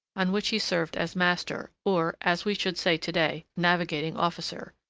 on which he served as master, or, as we should say to-day, navigating officer,